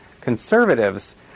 conservatives